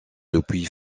depuis